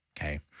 Okay